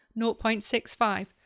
0.65